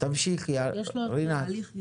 תמשיכי, רינת.